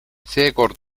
seekord